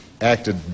acted